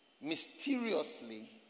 mysteriously